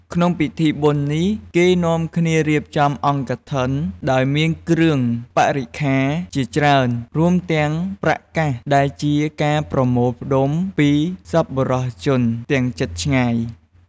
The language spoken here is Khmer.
ក្នុងពិធីបុណ្យនេះ គេនាំគ្នារៀបចំអង្គកឋិនទាន ដោយមានគ្រឿងបរិក្ខារជាច្រើន រួមទាំងប្រាក់កាស ដែលជាការប្រមូលផ្ដុំពីសប្បុរសជនទាំងជិតឆ្ងាយ។